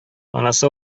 анасы